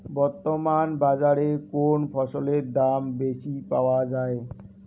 বর্তমান বাজারে কোন ফসলের দাম বেশি পাওয়া য়ায়?